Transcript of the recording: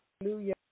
Hallelujah